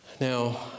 Now